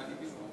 ידידי היקר,